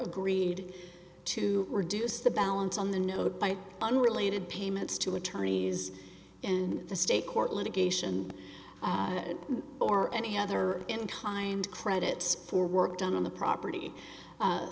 agreed to reduce the balance on the note by unrelated payments to attorneys and the state court litigation or any other in kind credit for work done on the property